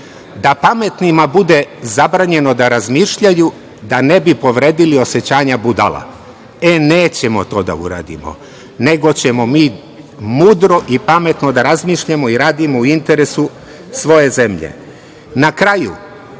da pametnima bude zabranjeno da razmišljaju, da ne bi povredili osećanja budala“. E, nećemo to da uradimo, nego ćemo mi mudro i pametno da razmišljamo i radimo u interesu svoje zemlje. Na